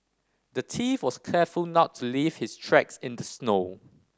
the thief was careful not to leave his tracks in the snow